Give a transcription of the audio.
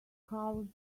covered